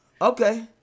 Okay